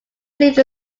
leave